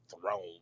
throne